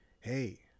hey